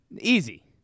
easy